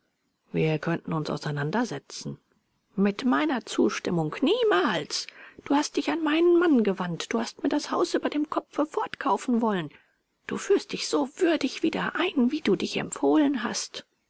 wir könnten uns auseinandersetzen mit meiner zustimmung niemals du hast dich an meinen mann gewandt du hast mir das haus über dem kopfe fortkaufen wollen du führst dich so würdig wieder ein wie du dich empfohlen hast